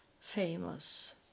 famous